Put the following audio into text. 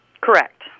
Correct